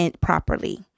properly